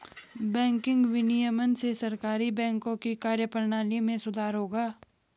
banking विनियमन से सहकारी बैंकों की कार्यप्रणाली में सुधार होगा